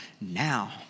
now